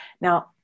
Now